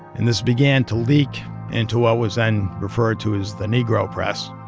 and this began to leak into what was then referred to as the negro press.